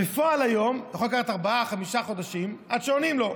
בפועל היום זה יכול לקחת ארבעה או חמישה חודשים עד שעונים לו.